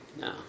No